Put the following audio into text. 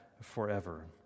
forever